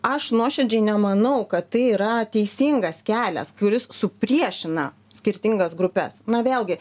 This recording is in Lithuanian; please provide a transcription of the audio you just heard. aš nuoširdžiai nemanau kad tai yra teisingas kelias kuris supriešina skirtingas grupes na vėlgi